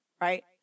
Right